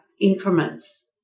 increments